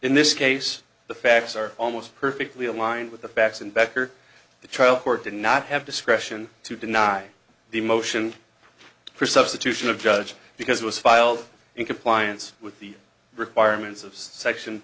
in this case the facts are almost perfectly aligned with the facts and becker the trial court did not have discretion to deny the motion for substitution of judge because it was filed in compliance with the requirements of section